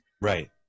Right